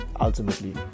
ultimately